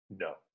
No